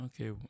Okay